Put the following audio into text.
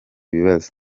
bibazo